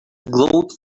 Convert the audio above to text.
glowed